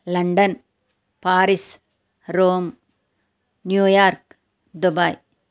London Paris Rome New York Dubai